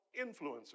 influencers